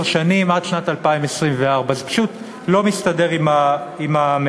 שנים עד שנת 2024. זה פשוט לא מסתדר עם המציאות.